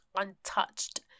untouched